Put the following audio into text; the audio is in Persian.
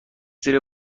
زیر